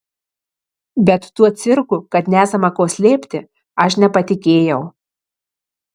bet tuo cirku kad nesama ko slėpti aš nepatikėjau